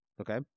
Okay